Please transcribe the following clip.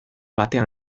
batean